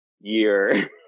year